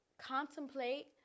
contemplate